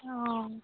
অঁ